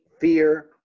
fear